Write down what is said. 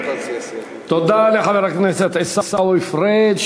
תודה לחבר הכנסת עיסאווי פריג'.